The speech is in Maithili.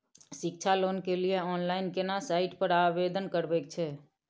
शिक्षा लोन के लिए ऑनलाइन केना साइट पर आवेदन करबैक छै?